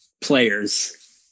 players